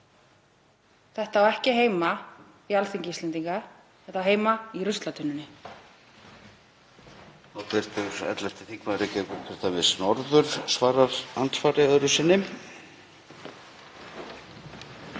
Þetta á ekki heima á Alþingi Íslendinga, þetta á heima í ruslatunnunni.